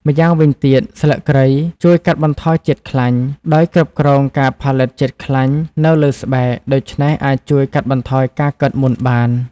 ម្យ៉ាងវិញទៀត ស្លឹកគ្រៃជួយកាត់បន្ថយជាតិខ្លាញ់ ដោយគ្រប់គ្រងការផលិតជាតិខ្លាញ់នៅលើស្បែក ដូច្នេះអាចជួយកាត់បន្ថយការកើតមុនបាន។